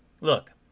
Look